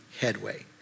headway